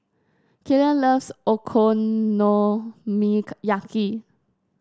Killian loves Okonomiyaki